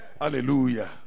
Hallelujah